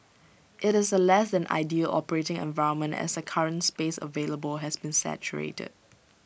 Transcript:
IT is A less than ideal operating environment as the current space available has been saturated